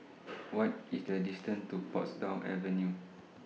What IS The distance to Portsdown Avenue